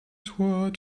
sois